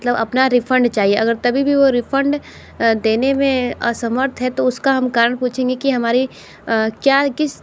मतलब अपना रिफ़ंड चाहिए अगर तभी भी वो रिफ़ंड देने में असमर्थ है तो उस का हम कारण पूछेंगे कि हमारी क्या किस